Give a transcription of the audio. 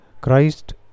Christ